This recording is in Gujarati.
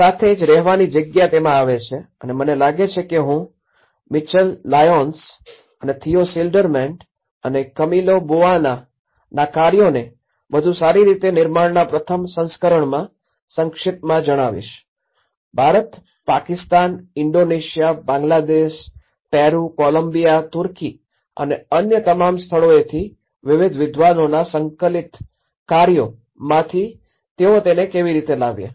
તે સાથે જ રહેવાની જગ્યા તેમાં આવે છે અને મને લાગે છે કે હું મિચલ લાયોન્સ અને થિયો શીલ્ડરમેંન અને કમિલો બોઆનાCamillo Boana's કાર્યોને વધુ સારી રીતે નિર્માણના પ્રથમ સંસ્કરણમાં સંક્ષિપ્તમાં જણાવીશ Bharat Pakistan Indonesia Bangladesh Peru Colombia તુર્કી અને અન્ય તમામ સ્થળોએથી વિવિધ વિદ્વાનોના સંકલિત કર્યો માંથી તેઓ તેને કેવી રીતે લાવ્યા